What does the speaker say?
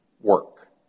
work